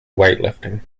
weightlifting